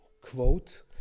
quote